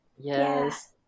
Yes